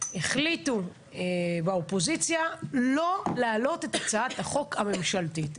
החליטו באופוזיציה לא להעלות את הצעת החוק הממשלתית.